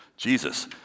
Jesus